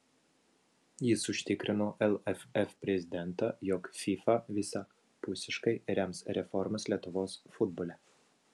jis užtikrino lff prezidentą jog fifa visapusiškai rems reformas lietuvos futbole